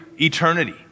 eternity